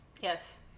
yes